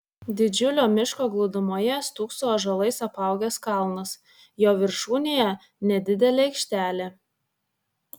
didžiulio miško glūdumoje stūkso ąžuolais apaugęs kalnas jo viršūnėje nedidelė aikštelė